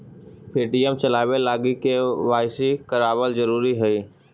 Paytm चलाबे लागी KYC करबाबल जरूरी हई